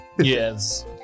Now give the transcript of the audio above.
yes